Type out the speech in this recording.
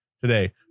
today